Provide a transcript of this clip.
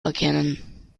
erkennen